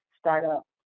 startup